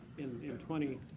in in twenty,